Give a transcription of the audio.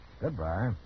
Goodbye